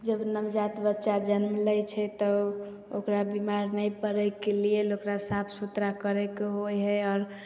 जब नवजात बच्चा जन्म लै छै तऽ ओ ओकरा बीमार नहि पड़ैके लिए ओकरा साफ सुथरा करयके होइ हइ आओर